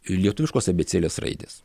lietuviškos abėcėlės raidės